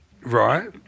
right